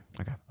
Okay